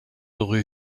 rue